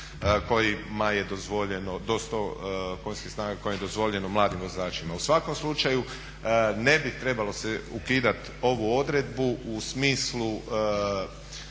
koji su dozvoljeni mladim vozačima. U svakom slučaju ne bi trebalo ukidati ovu odredbu u smislu